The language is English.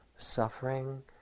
suffering